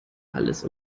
alles